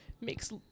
makes